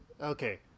Okay